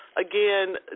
again